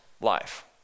life